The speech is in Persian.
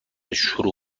شروع